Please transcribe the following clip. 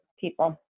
people